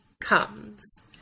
comes